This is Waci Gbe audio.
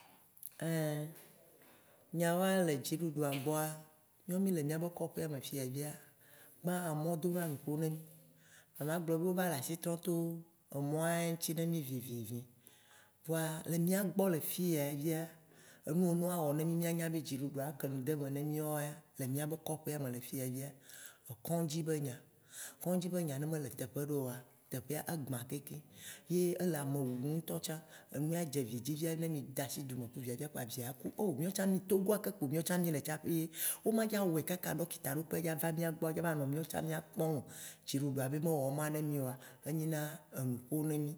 Wci- 04- P096 1. Ein nyawoa le dziɖuɖua gbɔa, mìɔ mì le mìabe kɔƒeamefiya via, gbã emɔ dona nuƒo ne mì, voa magblɔ be wova le asi trɔm to emɔa ya ŋti ne mì vivivi, vɔa le mìɔ mìa gbɔ le fiya ya via, enuwo ne wo awɔ ne mì ye mìa nya be dziɖuɖua ke ne deme ne mìɔ wo ya le mìabe kɔƒeame le fiya via, ye nye kɔŋdzi be nya. Kɔŋdzi be nya ne mele teƒe ɖe oa, teƒea agbã keŋkeŋ, ye ele ame wum ŋtɔ tsã. Enu adzi vi dzi via ne mì dasi dzu me ku via via kpoa via aku. Oh mìɔtsã Togoa ke kpo mìɔtsã mì le tsaƒe ye wo manya wɔe kaka ɖɔkita ɖokpe ya va mìa gbɔ adzo ava nɔ mìɔ tsã mìa kpɔm o? Dziɖuɖua be me wɔ ma ne mì oa, enyina enu ƒo ne mì.